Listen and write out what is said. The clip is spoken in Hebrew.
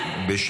תודה רבה.